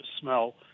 smell